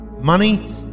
Money